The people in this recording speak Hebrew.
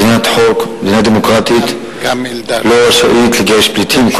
מדינת חוק, מדינה דמוקרטית, לא רשאית לגרש פליטים.